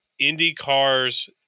IndyCar's